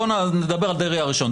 נדבר על דרעי הראשון.